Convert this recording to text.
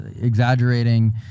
exaggerating